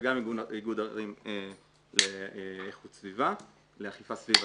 וגם איגוד ערים לאכיפה סביבתית,